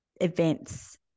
events